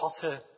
potter